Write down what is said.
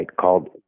called